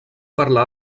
parlar